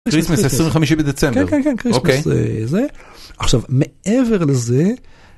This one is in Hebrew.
קריסמס 25 בדצמבר כן כן קריסמס עכשיו מעבר לזה.